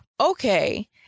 okay